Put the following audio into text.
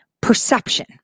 perception